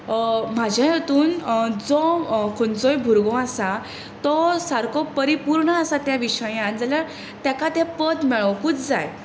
म्हजे हातून जो खंयचोय भुरगो आसा तो सारको परिपूर्ण आसा त्या विशयांत ताका तें पद मेळोंकूच जाय